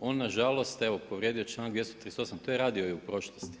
on nažalost evo povrijedio je članak 238., to je radio u prošlosti.